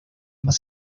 más